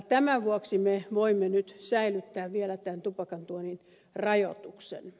tämän vuoksi me voimme nyt säilyttää vielä tämän tupakantuonnin rajoituksen